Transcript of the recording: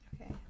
Okay